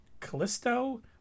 Callisto